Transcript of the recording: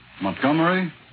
Montgomery